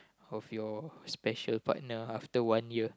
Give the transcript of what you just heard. of your special partner after one year